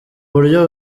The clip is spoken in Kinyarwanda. buryo